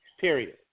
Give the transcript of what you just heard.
period